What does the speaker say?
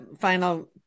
final